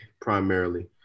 primarily